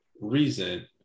reason